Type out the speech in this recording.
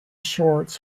shorts